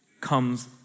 comes